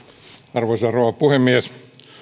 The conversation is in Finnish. arvoisa rouva puhemies